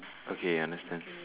okay I understand